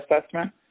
assessment